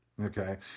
okay